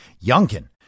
Youngkin